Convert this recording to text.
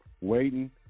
waiting